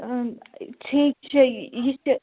اۭں ٹھیٖک چھےٚ یہِ چھِ